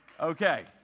Okay